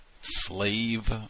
Slave